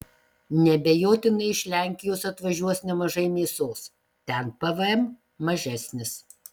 neabejotinai iš lenkijos atvažiuos nemažai mėsos ten pvm mažesnis